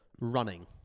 Running